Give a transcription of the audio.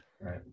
right